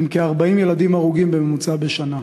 כ-40 ילדים הרוגים בממוצע בשנה.